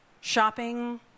shopping